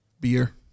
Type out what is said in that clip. Beer